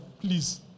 Please